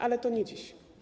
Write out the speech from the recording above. Ale to nie dziś.